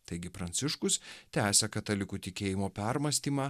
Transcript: taigi pranciškus tęsia katalikų tikėjimo permąstymą